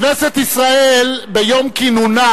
כנסת ישראל ביום כינונה,